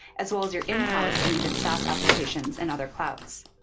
as well as your in-house and even saas applications and other clouds.